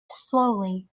slowly